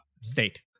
state